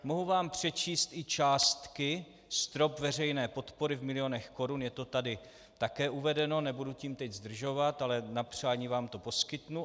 Mohu vám přečíst i částky, strop veřejné podpory v milionech korun, je to tady také uvedeno, nebudu tím teď zdržovat, ale na přání vám to poskytnu.